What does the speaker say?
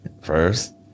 first